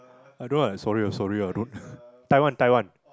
I don't know sorry lah sorry lah don't Taiwan Taiwan